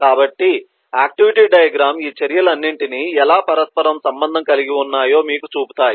కాబట్టి activity diagram ఈ చర్యలన్నింటినీ ఎలా పరస్పరం సంబంధం కలిగి ఉన్నాయో మీకు చూపుతాయి